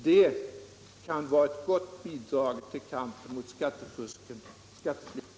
Det kan vara ett gott bidrag till kampen mot skatteflykt och skattefusk.